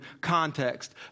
context